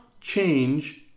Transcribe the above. change